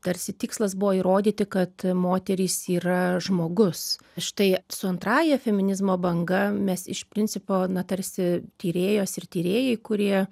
tarsi tikslas buvo įrodyti kad moterys yra žmogus štai su antrąja feminizmo banga mes iš principo na tarsi tyrėjos ir tyrėjai kurie